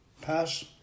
Pass